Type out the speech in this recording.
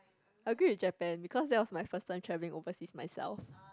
agree with Japan because that was my first time travelling overseas myself